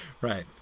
right